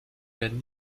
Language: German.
werden